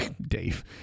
Dave